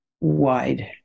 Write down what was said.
wide